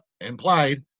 implied